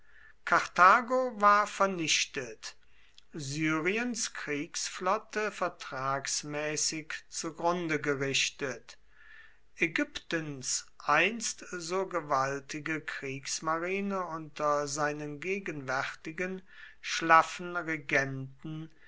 karthago war vernichtet syriens kriegsflotte vertragsmäßig zugrunde gerichtet ägyptens einst so gewaltige kriegsmarine unter seinen gegenwärtigen schlaffen regenten